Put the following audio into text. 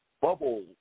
bubble